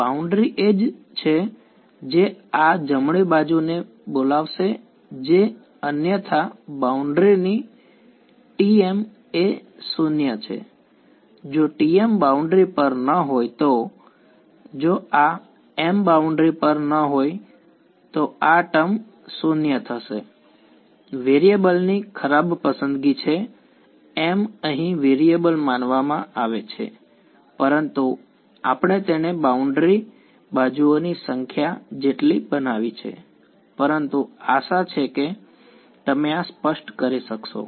boundary edge એ છે જે આ જમણી બાજુને બોલાવશે જે અન્યથા બાઉન્ડ્રી ની Tmએ 0 છે જો Tm બાઉન્ડ્રી પર ન હોય તો જો આ m બાઉન્ડ્રી પર ન હોય તો આ ટર્મ 0 થશે વેરિયેબલ ની ખરાબ પસંદગી છે m અહીં વેરિયેબલ માનવામાં આવે છે પરંતુ આપણે તેને બાઉન્ડ્રી બાજુ ઓની સંખ્યા જેટલી બનાવી છે પરંતુ આશા છે કે તમે આ સ્પષ્ટ કરી શકશો